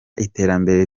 iterambere